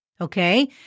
Okay